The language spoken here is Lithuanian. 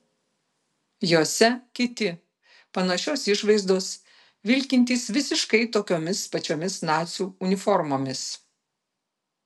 jose kiti panašios išvaizdos vilkintys visiškai tokiomis pačiomis nacių uniformomis